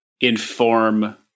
inform